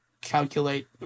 calculate